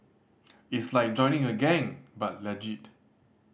it's like joining a gang but legit